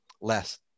less